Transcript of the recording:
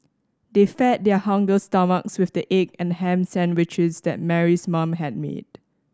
they fed their hungry stomachs with the egg and ham sandwiches that Mary's mom had made